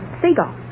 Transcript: seagull